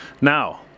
Now